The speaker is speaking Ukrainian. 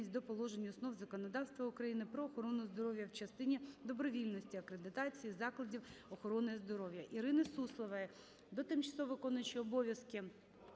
до положень Основ законодавства України про охорону здоров'я в частині добровільності акредитації закладів охорони здоров'я. Ірини Суслової до тимчасово виконуючої обов'язки